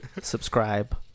subscribe